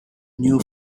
new